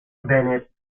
bennett